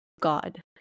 God